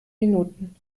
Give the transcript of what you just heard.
minuten